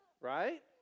right